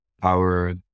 power